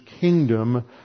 kingdom